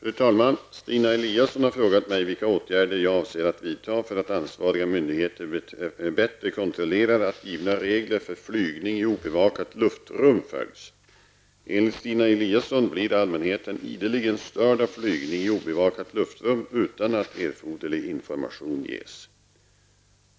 Fru talman! Stina Eliasson har frågat mig vilka åtgärder jag avser att vidta för att ansvariga myndigheter bättre kontrollerar att givna regler för flygning i obevakat luftrum följs. Enligt Stina Eliasson blir allmänheten ideligen störd av flygning i obevakat luftrum utan att erforderlig information ges.